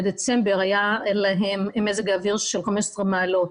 היה להם מזג אוויר של 15 מעלות.